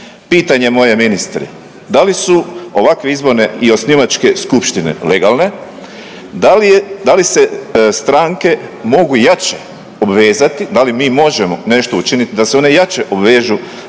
Pitanje moje ministre, da li su ovakve izborne i osnivačke skupštine legalne, da li se stranke mogu jače obvezati, da li mi možemo nešto učiniti da se one jače obvežu